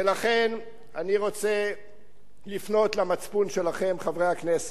ולכן אני רוצה לפנות למצפון שלכם, חברי הכנסת.